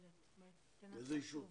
מלשכת איזה שר?